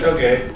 Okay